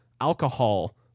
alcohol